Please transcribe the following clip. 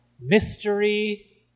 Mystery